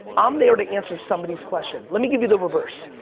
um there to answer somebody's question. let me give you the reverse,